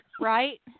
Right